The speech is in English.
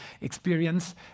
experience